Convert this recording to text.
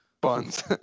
Buns